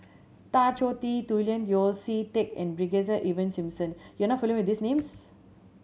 Tan Choh Tee Julian Yeo See Teck and Brigadier Ivan Simson you are not familiar with these names